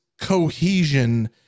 cohesion